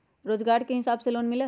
रोजगार के हिसाब से लोन मिलहई?